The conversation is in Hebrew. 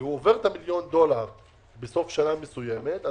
והוא עובר את המיליון דולר בסוף שנה מסוימת,